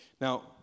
Now